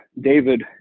David